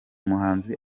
muhanzi